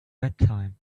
bedtime